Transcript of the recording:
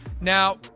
Now